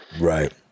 right